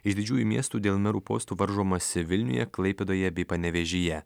iš didžiųjų miestų dėl merų postų varžomasi vilniuje klaipėdoje bei panevėžyje